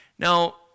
Now